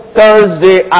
Thursday